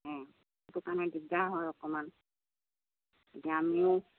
সেইটো কাৰণে দিগদাৰ হয় অকণমান এতিয়া আমিও